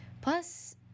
plus